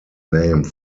name